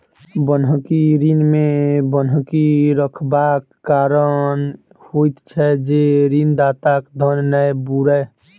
बन्हकी ऋण मे बन्हकी रखबाक कारण होइत छै जे ऋणदाताक धन नै बूड़य